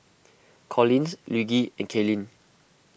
Collins Luigi and Kaylin